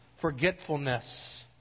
forgetfulness